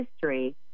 history